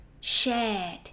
shared